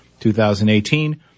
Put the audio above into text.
2018